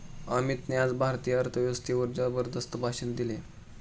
अमितने आज भारतीय अर्थव्यवस्थेवर जबरदस्त भाषण केले